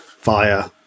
via